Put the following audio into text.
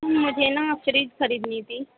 میم مجھے نا فریج خریدنی تھی